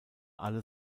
alle